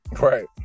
right